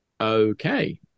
Okay